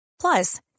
Plus